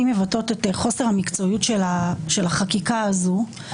מבטאות את חוסר המקצועיות של החקיקה הזאת.